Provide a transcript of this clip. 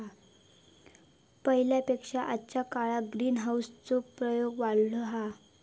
पहिल्या पेक्षा आजच्या काळात ग्रीनहाऊस चो प्रयोग वाढलो हा